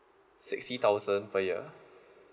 sixty thousand per year